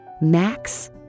Max